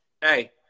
Hey